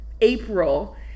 April